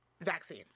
vaccine